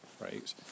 right